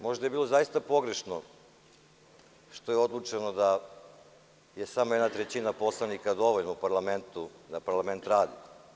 Možda je bilo pogrešno što je odlučeno da je samo jedna trećina poslanika dovoljna u parlamentu da parlament radi.